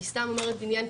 אני סתם אומרת "בניין",